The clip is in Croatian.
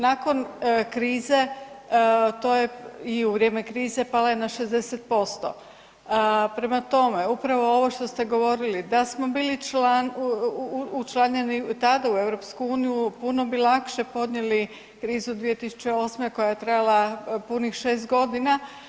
Nakon krize to je i u vrijeme krize pala je na 60%, prema tome upravo ovo što ste govorili da smo bili učlanjeni tada u EU puno bi lakše podnijeli krizu 2008. koja je trajala punih šest godina.